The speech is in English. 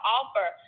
offer